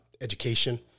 education